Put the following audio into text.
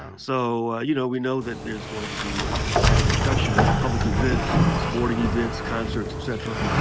so, you know, we know that there's going to be a dramatic reduction of public events, sporting events, concerts, et cetera.